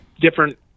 different